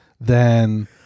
then-